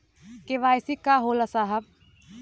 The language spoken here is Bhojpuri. के.वाइ.सी का होला साहब?